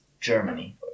Germany